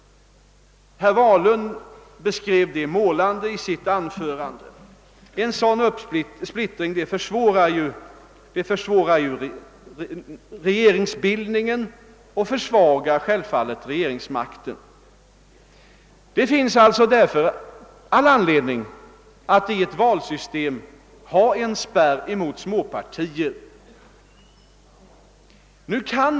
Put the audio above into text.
Herr Wahlund beskrev detta mycket målande i sitt anförande. En sådan splittring försvårar regeringsbildningen och försva gar självfallet regeringsmakten. Det finns därför all anledning att i ett valsystem ha en spärr mot småpartier.